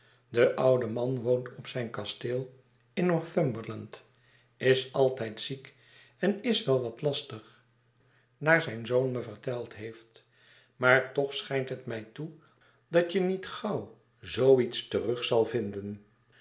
de oude man woont op zijn kasteel in northumberland is altijd ziek en is wel wat lastig naar zijn zoon me verteld heeft maar toch schijnt het mij toe dat je niet gauw zoo iets terug zal vinden